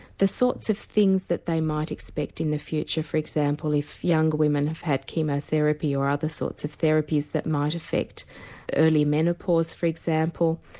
the sorts of things that they might expect in the future for example if younger women have had chemo therapy or other sorts of therapies that might effect early menopause for example.